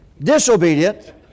disobedient